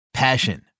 Passion